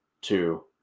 two